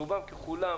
רובם ככולם,